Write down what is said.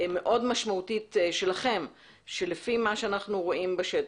מאוד משמעותית שלכם ולפי מה שאנחנו רואים בשטח,